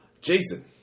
Jason